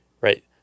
right